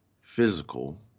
physical